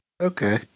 okay